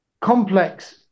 complex